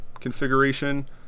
configuration